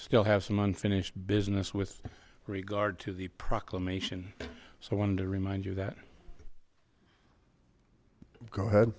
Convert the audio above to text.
still have some unfinished business with regard to the proclamation so wanted to remind you that go ahead